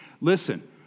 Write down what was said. Listen